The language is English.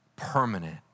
permanent